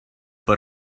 but